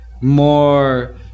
more